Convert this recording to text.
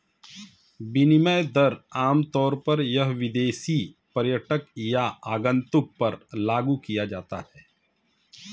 विनिमय दर आमतौर पर हर विदेशी पर्यटक या आगन्तुक पर लागू किया जाता है